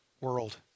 world